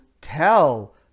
tell